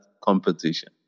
competition